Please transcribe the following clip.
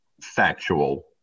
factual